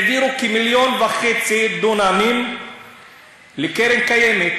העבירו כ-1.5 מיליון דונמים לקרן קיימת.